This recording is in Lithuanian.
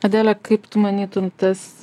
adele kaip tu manytum tas